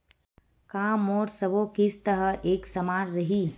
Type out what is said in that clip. का मोर सबो किस्त ह एक समान रहि?